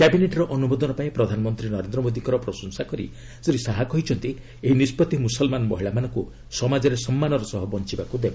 କ୍ୟାବିନେଟ୍ର ଅନୁମୋଦନ ପାଇଁ ପ୍ରଧାନମନ୍ତ୍ରୀ ନରେନ୍ଦ୍ର ମୋଦିଙ୍କର ପ୍ରଶଂସା କରି ଶ୍ରୀ ଶାହା କହିଛନ୍ତି ଏହି ନିଷ୍ପଭି ମୁସଲ୍ମାନ ମହିଳାମାନଙ୍କୁ ସମାଜରେ ସମ୍ମାନର ସହ ବଞ୍ଚବାକୁ ଦେବ